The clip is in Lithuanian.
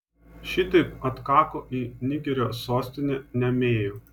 šitaip atkako į nigerio sostinę niamėjų